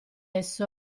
esso